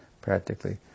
practically